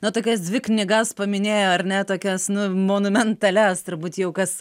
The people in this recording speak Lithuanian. na tokias dvi knygas paminėjo ar ne tokias nu monumentalias turbūt jau kas